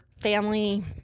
family